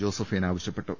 Josephine ആവശ്യപ്പെട്ടു